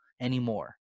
anymore